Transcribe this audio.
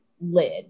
lid